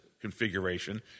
configuration